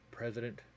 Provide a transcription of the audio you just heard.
President